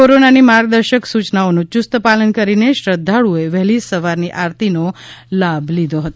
કોરોનાની માર્ગદર્શક સૂચનાઓનું યુસ્ત પાલન કરીને શ્રદ્ધાળુઓએ વહેલી સવારની આરતીનો લાભ લીધો હતો